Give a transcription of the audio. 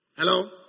Hello